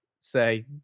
say